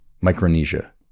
Micronesia